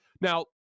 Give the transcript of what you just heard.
Now